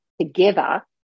together